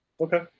okay